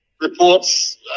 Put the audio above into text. reports